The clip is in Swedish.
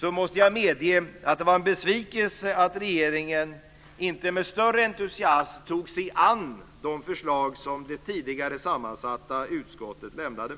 Men jag måste medge att det var en besvikelse att regeringen inte med större entusiasm tog sig an det förslag som det tidigare sammansatta utskottet lämnade